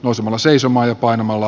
osala seisomaan ja painamalla